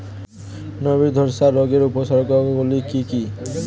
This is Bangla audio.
নাবি ধসা রোগের উপসর্গগুলি কি কি?